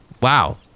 Wow